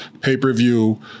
Pay-per-view